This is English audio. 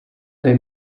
they